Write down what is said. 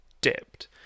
dipped